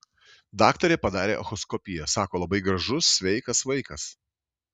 daktarė padarė echoskopiją sako labai gražus sveikas vaikas